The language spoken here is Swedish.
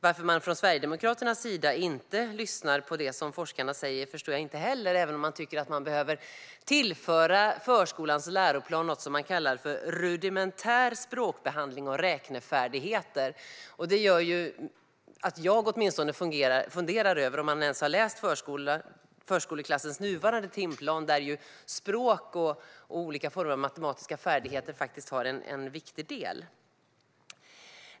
Varför Sverigedemokraterna inte lyssnar på det som forskarna säger förstår jag inte heller, även om Sverigedemokraterna tycker att man behöver tillföra förskolans läroplan något som man kallar "rudimentär språkbehandling och räknefärdighet". Detta får åtminstone mig att fundera över om Sverigedemokraterna ens har läst förskoleklassens nuvarande läroplan, där ju språk och olika former av matematiska färdigheter faktiskt är en viktig del.